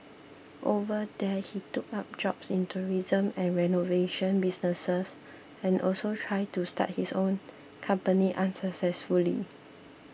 over there he took up jobs in tourism and renovation businesses and also tried to start his own company unsuccessfully